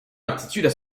aptitudes